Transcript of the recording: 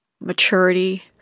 maturity